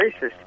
racist